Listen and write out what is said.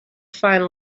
find